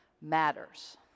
matters